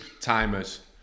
timers